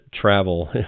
travel